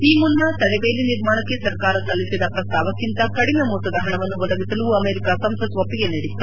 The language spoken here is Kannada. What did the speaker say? ಈ ಮುನ್ನ ತಡೆಬೇಲಿ ನಿರ್ಮಾಣಕ್ಕೆ ಸರ್ಕಾರ ಸಲ್ಲಿಸಿದ ಪ್ರಸ್ತಾವಕ್ಕಿಂತ ಕಡಿಮೆ ಮೊತ್ತದ ಪಣವನ್ನು ಒದಗಿಸಲು ಅಮೆರಿಕ ಸಂಸತ್ ಒಪ್ಪಿಗೆ ನೀಡಿತ್ತು